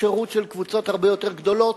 לשירות של קבוצות הרבה יותר גדולות,